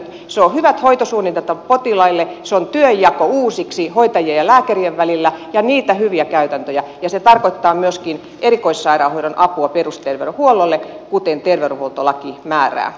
se on hyvät hoitosuunnitelmat potilaille se on työnjako uusiksi hoitajien ja lääkärien välillä ja niitä hyviä käytäntöjä ja se tarkoittaa myöskin erikoissairaanhoidon apua perusterveydenhuollolle kuten terveydenhuoltolaki määrää